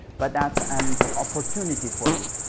but that's an opportunity for you.